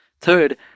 Third